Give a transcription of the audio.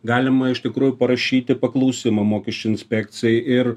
galima iš tikrųjų parašyti paklausimą mokesčių inspekcijai ir